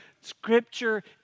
Scripture